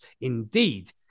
indeed